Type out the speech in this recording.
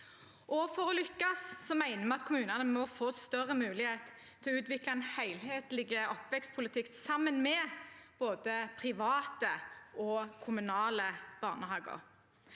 For å lykkes mener vi at kommunene må få større mulighet til å utvikle en helhetlig oppvekstpolitikk sammen med både private og kommunale barnehager.